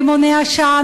רימוני עשן,